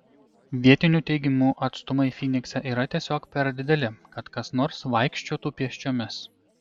vietinių teigimu atstumai fynikse yra tiesiog per dideli kad kas nors vaikščiotų pėsčiomis